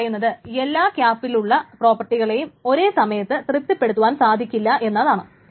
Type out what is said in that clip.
അത് പറയുന്നത് എല്ലാ ക്യാപിലുള്ള പ്രോപ്പർട്ടികളെയും ഒരേ സമയത്ത് തൃപ്തിപ്പെടുത്തുവാൻ സാധിക്കുകയില്ല എന്നാണ്